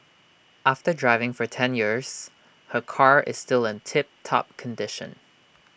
after driving for ten years her car is still in tip top condition